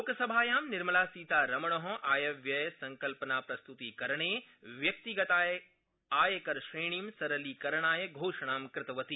लोकसभायां निर्मलासीतारमण आयव्ययसंकल्पनाप्रस्तृतीकरणे व्यक्तिगतायकरश्रेणी सरलीकरणाय घोषणां कृतवती